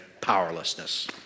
powerlessness